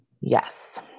Yes